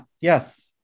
Yes